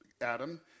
Adam